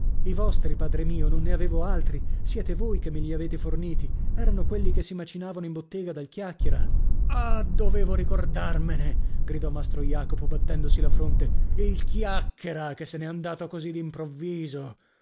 i vostri padre mio non ne avevo altri siete voi che me li avete forniti erano quelli che si macinavano in bottega dal chiacchiera ah dovevo ricordarmene gridò mastro jacopo battendosi la fronte il chiacchiera che se n'è andato così d'improvviso